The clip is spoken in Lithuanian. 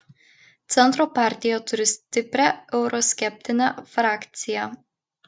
centro partija turi stiprią euroskeptinę frakciją